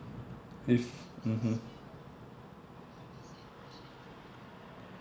if mmhmm